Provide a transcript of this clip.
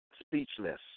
speechless